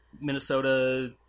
Minnesota